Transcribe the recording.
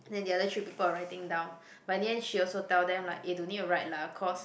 then the other three people are writing down but in the end she also tell them like eh don't need to write lah cause